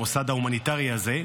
המוסד ההומניטרי הזה,